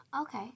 Okay